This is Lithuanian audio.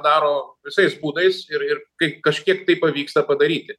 daro visais būdais ir ir kai kaip kažkiek tai pavyksta padaryti